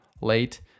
late